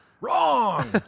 Wrong